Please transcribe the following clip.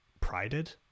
prided